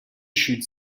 issued